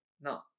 no